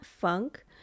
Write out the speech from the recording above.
funk